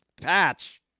Patch